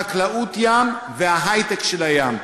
חקלאות ים וההיי-טק של הים,